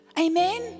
Amen